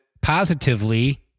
positively